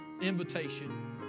invitation